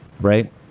right